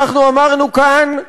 אנחנו אמרנו כאן: